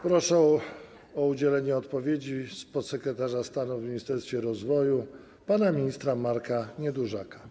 Proszę o udzielenie odpowiedzi podsekretarza stanu w Ministerstwie Rozwoju pana ministra Marka Niedużaka.